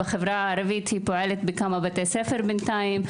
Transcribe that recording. בחברה הערבית היא פועלת בכמה בתי ספר בינתיים.